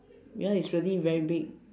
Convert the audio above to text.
ya it's really very big